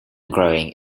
growing